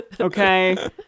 Okay